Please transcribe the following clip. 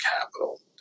Capital